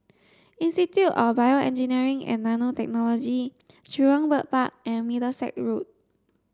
Institute of BioEngineering and Nanotechnology Jurong Bird Park and Middlesex Road